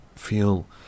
Feel